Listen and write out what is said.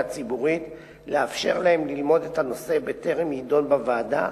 הציבורית לאפשר להם ללמוד את הנושא בטרם יידון בוועדה,